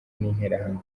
n’interahamwe